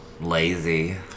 Lazy